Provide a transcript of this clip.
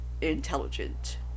intelligent